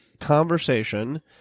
conversation